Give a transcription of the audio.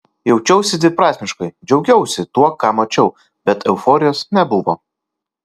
jaučiausi dviprasmiškai džiaugiausi tuo ką mačiau bet euforijos nebuvo